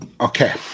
Okay